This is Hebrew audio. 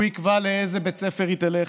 הוא יקבע לאיזה בית ספר היא תלך,